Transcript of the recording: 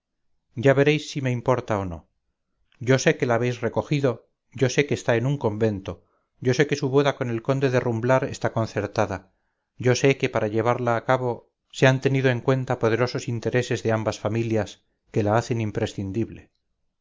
ya veréis si me importa o no yo sé que la habéis recogido yo sé que está en un convento yo sé que su boda con el conde de rumblar está concertada yo sé que para llevarla a cabo se han tenido en cuenta poderosos intereses de ambas familias que la hacen imprescindible